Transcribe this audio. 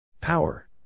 Power